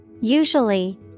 usually